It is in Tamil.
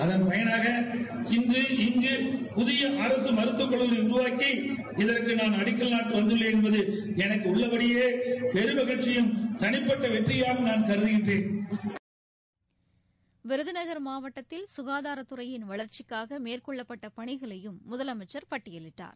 அதன்பயனாக இன்று இங்கு புதிய அரசு மருத்துவக் கல்லூரி உருவாக்கி இதற்கு நான் அடிக்கல் நாட்ட வந்துள்ளேன் என்பது எனக்கு உள்ளபடியே பெரும் மகிழ்ச்சியும் தனிப்பட்ட வெற்றியாகவும் கருதுகிறேன் விருதுநகர் மாவட்டத்தில் சுகாதாரத் துறையின் வளர்ச்சிக்காக மேற்கொள்ளப்பட்ட பணிகளையும் முதலமைச்சர் பட்டியலிட்டார்